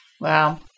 Wow